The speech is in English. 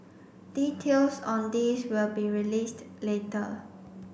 details on this will be released later